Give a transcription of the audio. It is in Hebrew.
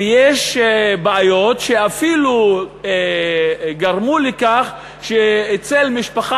ויש בעיות שאפילו גרמו לכך שאצל משפחה